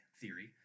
theory